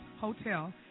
Hotel